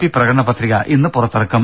P പ്രകടന പത്രിക ഇന്ന് പുറത്തിറക്കും